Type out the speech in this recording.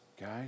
guys